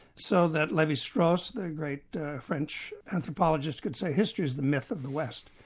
so that levi-strauss, the great french anthropologist could say history is the myth of the west,